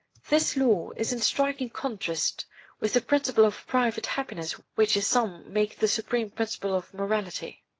this law is in striking contrast with the principle of private happiness which some make the supreme principle of morality.